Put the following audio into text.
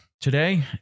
today